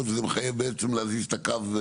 וזה מחייב בעצם להזיז את הקו,